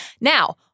Now